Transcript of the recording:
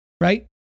right